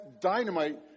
dynamite